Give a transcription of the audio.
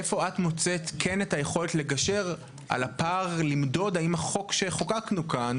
איפה את מוצאת את היכולת לגשר על הפער למדוד האם החוק שחוקקנו פה,